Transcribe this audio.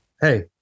hey